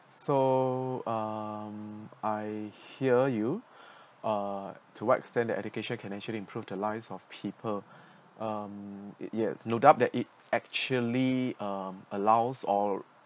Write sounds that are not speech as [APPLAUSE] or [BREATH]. so um I hear you [BREATH] uh to wide stand the education can actually improve the lives of people um it yeah no doubt that it actually um allows or